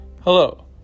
Hello